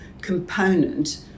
component